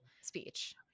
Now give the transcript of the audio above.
speech